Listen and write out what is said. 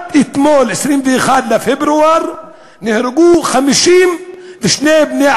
עד אתמול, 21 בפברואר, נהרגו 52 בני-אדם,